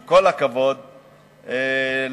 עם כל הכבוד לממשלה,